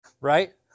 Right